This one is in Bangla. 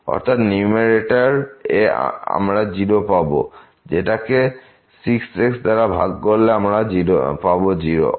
অর্থাৎ নিউমেরেটর এ আমরা পাব 0 যেটাকে যখন 6x দ্বারা ভাগ করব তখন পাবো 0